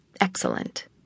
Excellent